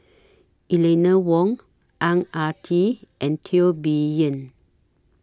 Eleanor Wong Ang Ah Tee and Teo Bee Yen